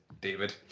David